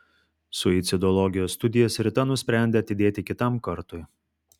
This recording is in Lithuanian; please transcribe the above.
suicidologijos studijas rita nusprendė atidėti kitam kartui